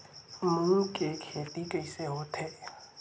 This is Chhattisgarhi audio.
मूंग के खेती कइसे होथे?